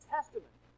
Testament